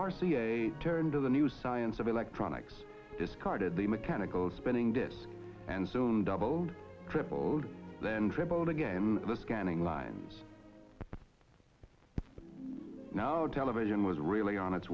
a turned to the new science of electronics discarded the mechanical spinning disc and soon doubled tripled then tripled again the scanning lines no television was really on its